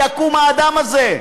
יקום האדם הזה.